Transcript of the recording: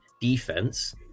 defense